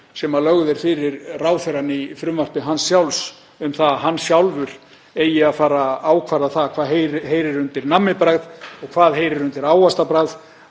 sem lögð er fyrir ráðherrann í frumvarpi hans sjálfs um að hann sjálfur eigi að fara að ákvarða það hvað heyri undir nammibragð og hvað heyri undir ávaxtabragð,